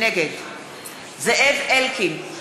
נגד זאב אלקין,